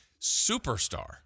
superstar